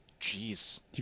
Jeez